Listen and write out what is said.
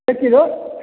एक किलो